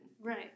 Right